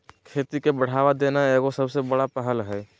खेती के बढ़ावा देना एगो सबसे बड़ा पहल हइ